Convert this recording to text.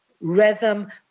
rhythm